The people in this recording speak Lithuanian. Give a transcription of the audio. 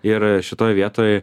ir šitoj vietoj